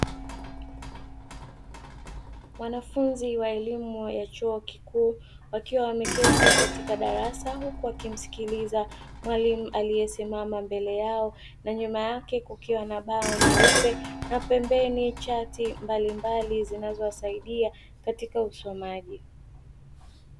Wanafunzi wa elimu ya chuo kikuu wakiwa wameketi katika darasa huku wakimsikiliza mwalimu aliyesimama mbele yao, na nyuma yake kukiwa na mbao nyeupe na pembeni chati mbalimbali zinazowasaidia katika usomaji.